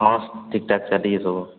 ହଁ ଠିକ୍ ଠାକ୍ ଚାଲିଛି ସବୁ